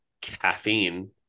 Caffeine